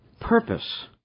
purpose